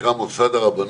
שנקרא מוסד הרבנות,